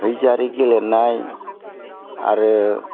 बैजारि गेलेनाय आरो